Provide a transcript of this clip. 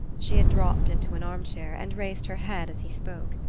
she had dropped into an armchair, and raised her head as he spoke.